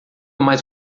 mais